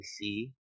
see